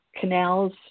Canals